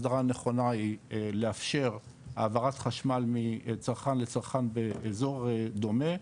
הסדרה נכונה היא לאפשר העברת חשמל מצרכן לצרכן באזור דומה,